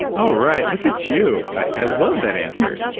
all right. look at you. i love that answer.